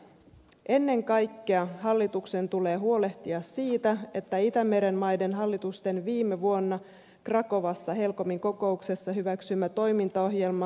ennen kaikkea hallituksen tulee huolehtia siitä että itämeren maiden hallitusten viime vuonna krakovassa helcomin kokouksessa hyväksymä toimintaohjelma toteutetaan